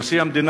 נשיא המדינה,